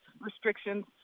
restrictions